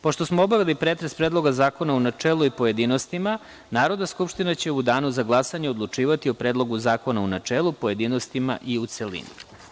Pošto smo obavili pretres Predloga zakona u načelu i u pojedinostima, Narodna skupština će u danu za glasanje odlučivati o Predlogu zakona u načelu, pojedinostima i u celini.